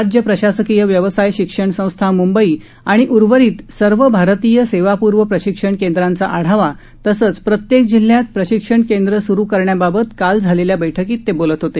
राज्य प्रशासकीय व्यवसाय शिक्षण संस्था मुंबई आणि उर्वरित सर्व भारतीय सेवापूर्व प्रशिक्षण केंद्रांचा आढावा तसच प्रत्येक जिल्ह्यात प्रशिक्षण केंद्र स्रु करण्याबाबत काल झालेल्या बैठकीत ते बोलत होते